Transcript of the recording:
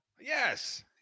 Yes